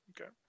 Okay